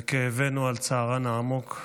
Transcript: וכאבנו על צערן העמוק.